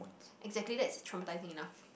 exactly that's traumatising enough